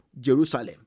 Jerusalem